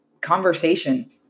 conversation